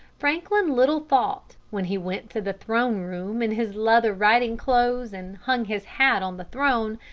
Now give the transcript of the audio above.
franklin little thought, when he went to the throne-room in his leather riding-clothes and hung his hat on the throne,